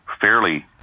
fairly